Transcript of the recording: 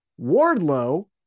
Wardlow